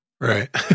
Right